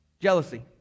jealousy